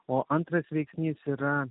o antras veiksnys yra